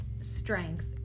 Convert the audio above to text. strength